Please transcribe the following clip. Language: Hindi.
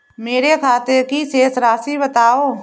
मेरे खाते की शेष राशि बताओ?